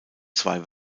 zwei